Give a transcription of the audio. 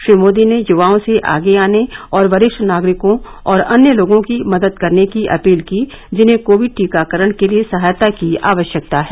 श्री मोदी ने युवाओं से आगे आने और वरिष्ठ नागरिकों और अन्य लोगों की मदद करने की अपील की जिन्हें कोविड टीकाकरण के लिए सहायता की आवश्यकता है